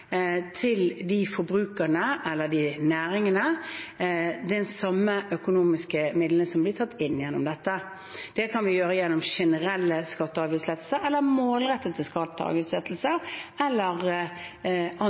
til de forbrukerne eller de næringene de samme økonomiske midlene som blir tatt inn gjennom dette. Det kan vi gjøre gjennom generelle skatte- og avgiftslettelser, målrettede skatte- og avgiftslettelser eller